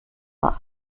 vor